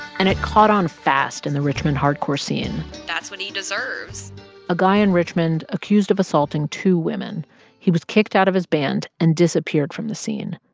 and it caught on fast in the richmond hardcore scene that's what he deserves a guy in richmond accused of assaulting two women he was kicked out of his band and disappeared from the scene.